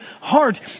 heart